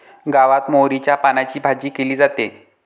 गावात मोहरीच्या पानांची भाजी केली जाते